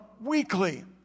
weekly